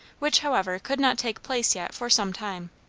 which, however, could not take place yet for some time.